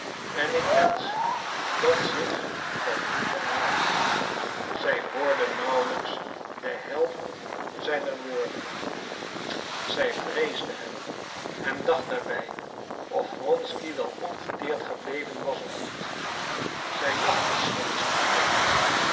en ik wensch dat zich dat niet herhaalt zij hoorde nauwelijks de helft zijner woorden zij vreesde hem en dacht daarbij of wronsky wel ongedeerd gebleven was of niet zij lachte slechts spottend